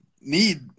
need